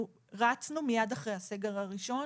אנחנו רצנו מיד אחרי הסגר הראשון